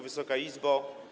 Wysoka Izbo!